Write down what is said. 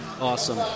Awesome